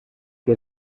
què